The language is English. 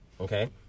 okay